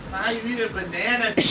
you eat a banana,